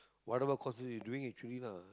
whatever courses you doing actually lah